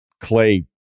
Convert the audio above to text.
Clay